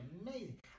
amazing